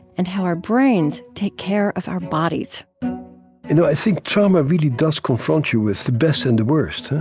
and how our brains take care of our bodies you know i think trauma really does confront you with the best and the worst.